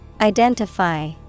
Identify